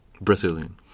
Brazilian